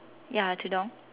ya tudung